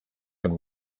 and